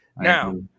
Now